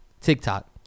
TikTok